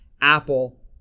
Apple